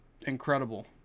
incredible